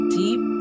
deep